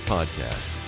Podcast